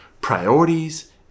Priorities